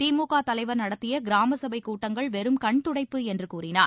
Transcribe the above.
திமுக தலைவர் நடத்திய கிராம சபை கூட்டங்கள் வெறும் கண்துடைப்பு என்று கூறினார்